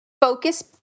focus